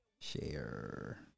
Share